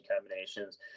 combinations